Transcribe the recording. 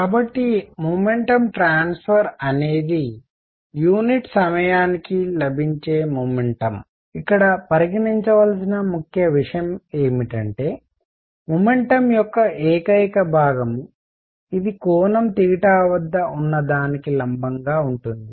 కాబట్టి momentum transfer అనేది unit సమయానికి లభించే మొమెంటం ఇక్కడ పరిగణించవలసిన ముఖ్య విషయం ఏమిటంటే మొమెంటం యొక్క ఏకైక భాగం ఇది కోణం తీటా వద్ద ఉన్నదానికి లంబంగా ఉంటుంది